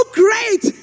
great